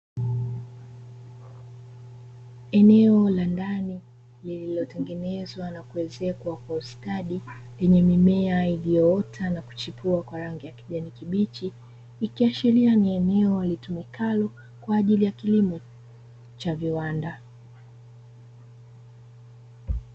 Eneo la ndani lililotengeneza kwa ustadi lenye mimea iliyoota na kuchipua kwa rangi ya kijani kibichi, ikiashiria ni eneo litumikalo kwaajili ya kilimo cha viwanda.